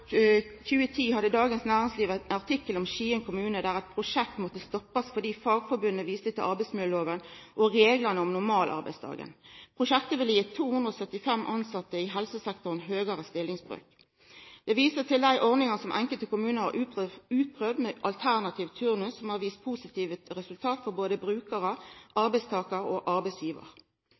mai 2010 hadde Dagens Næringsliv ein artikkel om Skien kommune, der eit prosjekt måtte stoppast fordi Fagforbundet viste til arbeidsmiljøloven og reglane om normalarbeidsdagen. Prosjektet ville ha gitt 275 tilsette i helsesektoren høgare stillingsbrøk. Det blir vist til dei ordningane som enkelte kommunar har prøvt ut med alternativ turnus. Desse har vist positive resultat både for brukarar, arbeidstakarar og